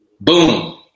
Boom